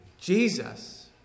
Jesus